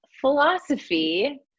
philosophy